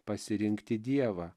pasirinkti dievą